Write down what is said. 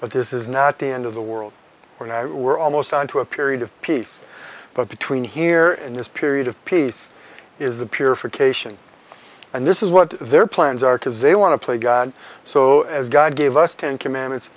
but this is not the end of the world when i were almost onto a period of peace but between here and this period of peace is the purification and this is what their plans are because they want to play god so as god gave us ten commandments